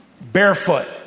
barefoot